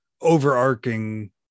overarching